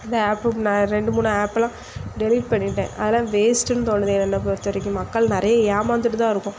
இந்த ஆப்பும் நான் ரெண்டு மூணு ஆப் எல்லாம் டெலிட் பண்ணிவிட்டேன் அதெலாம் வேஸ்ட்டுன்னு தோணுது என்ன பொறுத்தவரைக்கும் மக்கள் நிறைய ஏமாந்துகிட்டு தான் இருக்கோம்